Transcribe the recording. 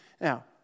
Now